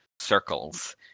circles